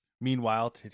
Meanwhile